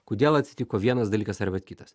kodėl atsitiko vienas dalykas ar vat kitas